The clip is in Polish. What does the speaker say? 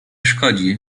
szkodzi